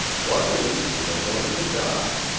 luckily we are going to die!